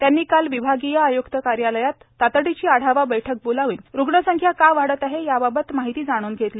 त्यांनी काल विभागीय आय्क्त कार्यालयात तातडीची आढावा बैठक बोलाव्न रुग्णसंख्या का वाढत आहे याबाबत माहिती जाणून घेतली